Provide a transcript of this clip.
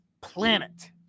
planet